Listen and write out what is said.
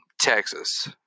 Texas